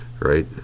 right